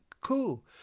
Cool